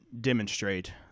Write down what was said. demonstrate